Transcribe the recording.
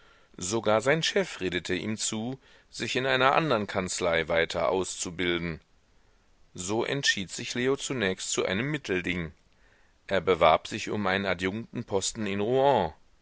sogar sein chef redete ihm zu sich in einer andern kanzlei weiter auszubilden so entschied sich leo zunächst zu einem mittelding er bewarb sich um einen adjunktenposten in rouen